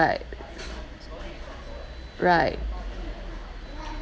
right right